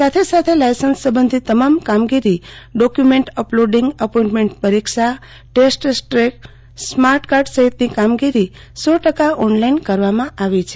સાથે સાથે લાયસન્સ સંબંધી તમામ કામગીરી ડોક્વુમેન્ટ અપલોડીગ એપોઇન્ટમેન્ટ પરીક્ષા ટેસ્ટ સ્ટ્રેક સ્માર્ટકાર્ડ સહિતની કામગીરી સો ટકા ઓન લાઇને કરવામાં આવી છે